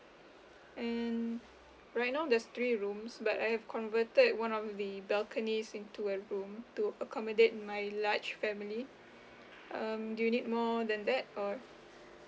and right now there's three rooms but I have converted one of the balcony into a room to accommodate my large family um do you need more than that or